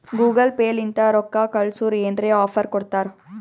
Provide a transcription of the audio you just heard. Google pay ಲಿಂತ ರೊಕ್ಕಾ ಕಳ್ಸುರ್ ಏನ್ರೆ ಆಫರ್ ಕೊಡ್ತಾರ್